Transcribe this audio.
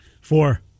four